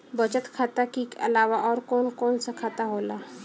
बचत खाता कि अलावा और कौन कौन सा खाता होला?